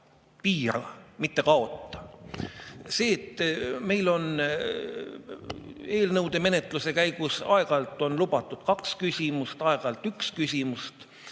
"Piira", mitte "kaota". See, et meil on eelnõude menetluse käigus aeg-ajalt lubatud kaks küsimust, aeg-ajalt üks küsimus,